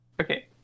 okay